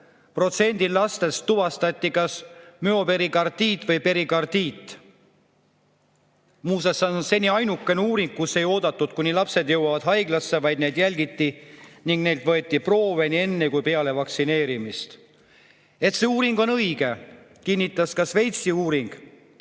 2,3%‑l lastest tuvastati kas müoperikardiit või perikardiit. Muuseas, see on seni ainuke uuring, mille puhul ei oodatud, kuni lapsed jõuavad haiglasse, vaid neid jälgiti ning neilt võeti proove nii enne kui ka peale vaktsineerimist. Seda, et see uuring on õige, kinnitas Šveitsi uuring.